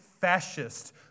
fascist